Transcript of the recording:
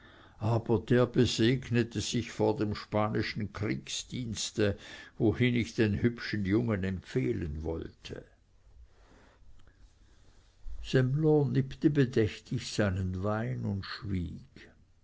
aber der besegnete sich vor dem spanischen kriegsdienste wohin ich den hübschen jungen empfehlen wollte semmler nippte bedächtig seinen wein und schwieg